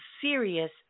serious